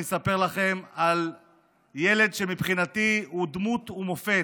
אני אספר לכם על ילד שמבחינתי הוא דמות ומופת,